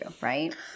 right